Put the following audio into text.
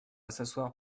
s’asseoir